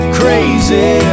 crazy